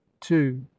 two